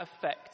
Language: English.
affect